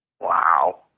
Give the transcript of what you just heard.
Wow